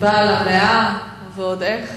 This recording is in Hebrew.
בעל המאה, ועוד איך.